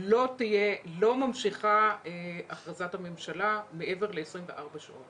לא ממשיכה הכרזת הממשלה מעבר ל-24 שעות.